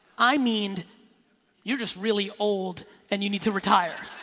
i mean you're just really old and you need to retire,